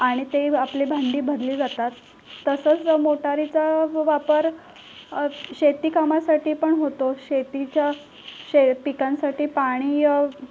आणि ते आपली भांडी भरली जातात तसंच मोटारीचा वापर शेतीकामासाठीपण होतो शेतीच्या शे पिकांसाठी पाणी